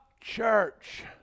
church